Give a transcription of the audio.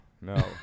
no